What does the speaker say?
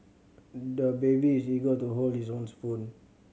the baby is eager to hold his own spoon